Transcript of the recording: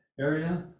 area